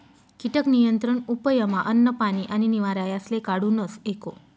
कीटक नियंत्रण उपयमा अन्न, पानी आणि निवारा यासले काढूनस एको